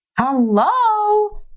Hello